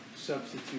substitute